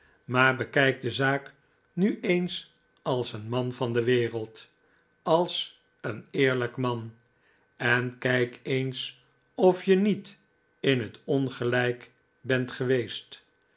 maar bekijk de zaak nu eens als een man van de wereld als een eerlijk man en kijk eens of je niet in het ongelijk bent geweest